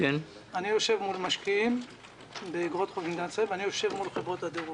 אני יושב מול משקיעים באגרות חוב במדינת ישראל ואני יושב מול חברות הדרג